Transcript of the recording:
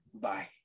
bye